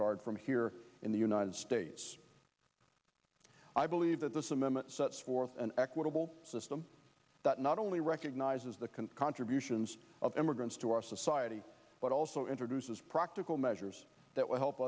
card from here in the united states i believe that this amendment sets forth an equitable system that not only recognizes the can contributions of immigrants to our society but also introduces practical measures that will help